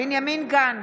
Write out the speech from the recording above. בנימין גנץ,